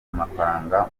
amafaranga